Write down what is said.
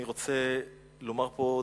אני רוצה לומר פה דברים,